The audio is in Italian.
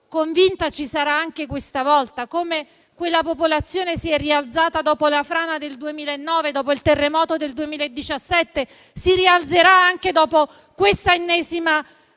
convinta ci sarà anche questa volta. Quella popolazione, così come si è rialzata dopo la frana del 2009 e dopo il terremoto del 2017, si rialzerà anche dopo questa ennesima